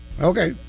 Okay